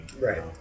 Right